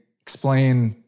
Explain